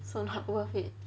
so not worth it